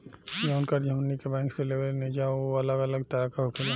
जवन कर्ज हमनी के बैंक से लेवे निजा उ अलग अलग तरह के होखेला